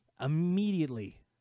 Immediately